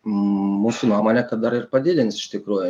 mūsų nuomonė kad dar ir padidins iš tikrųjų